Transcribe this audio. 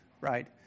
right